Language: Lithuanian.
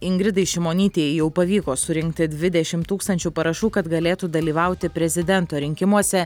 ingridai šimonytei jau pavyko surinkti dvidešimt tūkstančių parašų kad galėtų dalyvauti prezidento rinkimuose